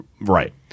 Right